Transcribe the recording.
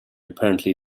apparently